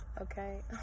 Okay